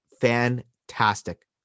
fantastic